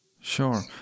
Sure